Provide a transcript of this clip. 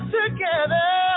together